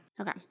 Okay